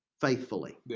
faithfully